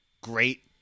great